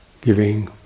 giving